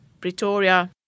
Pretoria